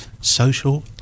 social